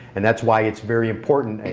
and that's why it's very important,